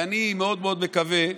ואני מאוד מאוד מקווה,